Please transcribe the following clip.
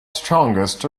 strongest